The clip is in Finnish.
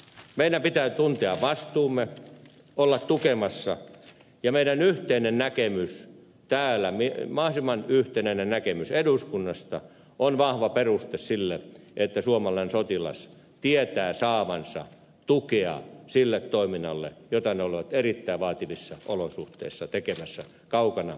meidän pitää tuntea vastuumme olla tukemassa ja meidän yhteinen näkemyksemme täällä mahdollisimman yhtenäinen näkemys eduskunnasta on vahva peruste sille että suomalainen sotilas tietää saavansa tukea sille toiminnalle jota hän on erittäin vaativissa olosuhteissa tekemässä kaukana kotimaasta